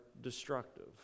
destructive